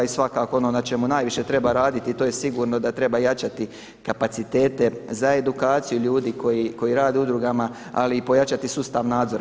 I svakako ono na čemu najviše treba raditi i to je sigurno da treba jačati kapacitete za edukaciju ljudi koji rade u udrugama ali i pojačati sustav nadzora.